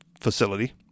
facility